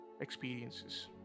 experiences